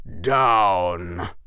down